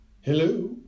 Hello